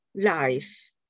life